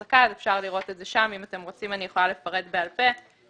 אחוז השיפוי על הגבייה שזה מה שיש בתוכנית 271101,